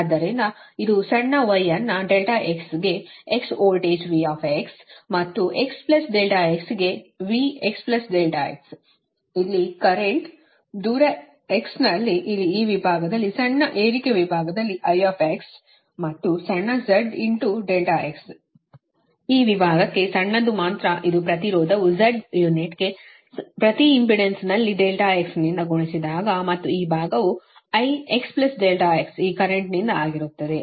ಆದ್ದರಿಂದ ಇದು ಸಣ್ಣ y ಅನ್ನು ∆x ಗೆ x ವೋಲ್ಟೇಜ್ V ಮತ್ತು x ∆x ಗೆ V x ∆x ಇಲ್ಲಿ ಕರೆಂಟ್ ಇಲ್ಲಿ ದೂರ x ನಲ್ಲಿ ಇಲ್ಲಿ ಈ ವಿಭಾಗದಲ್ಲಿ ಸಣ್ಣ ಏರಿಕೆ ವಿಭಾಗದಲ್ಲಿ I ಮತ್ತು ಇದು ಸಣ್ಣ z ∆x ಈ ವಿಭಾಗಕ್ಕೆ ಸಣ್ಣದು ಮಾತ್ರ ಇದು ಪ್ರತಿರೋಧವು z ಯುನಿಟ್ಗೆ ಪ್ರತಿ ಇಂಪೆಡೆನ್ಸ್ನಲ್ಲಿ ∆x ನಿಂದ ಗುಣಿಸಿದಾಗ ಮತ್ತು ಈ ಭಾಗವು I x ∆x ಈ ಕರೆಂಟ್ನಿಂದ ಆಗಿರುತ್ತದೆ